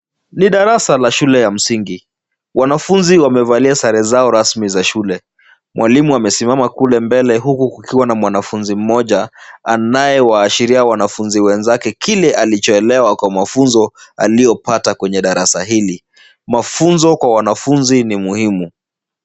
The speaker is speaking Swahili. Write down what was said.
Ni darasa ya shule ya msingi, wanafunzi wamevalia sare zao rasmi za shule. Mwalimu amesimama kule mbele, huku kukiwa na mwanafunzi mmoja anayewaashiria wanafunzi wenzake kile alichoelewa kwa mafunzo aliyopata kwenye darasa hili. Mafunzo kwa wanafunzi ni muhimu.